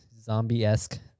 zombie-esque